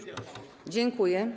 Dziękuję.